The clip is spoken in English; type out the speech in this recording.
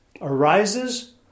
arises